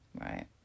right